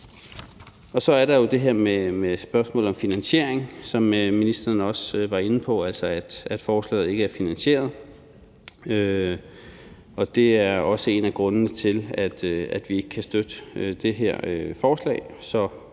Så er der jo det her med spørgsmålet om finansiering, som ministeren også var inde på, altså at forslaget ikke er finansieret, og det er også en af grundene til, at vi ikke kan støtte det her forslag.